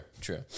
True